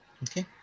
Okay